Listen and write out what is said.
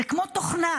זה כמו תוכנה,